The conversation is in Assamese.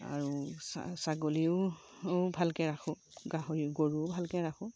আৰু ছাগলীও ভালকৈ ৰাখোঁ গাহৰি গৰুও ভালকৈ ৰাখোঁ